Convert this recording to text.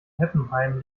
heppenheim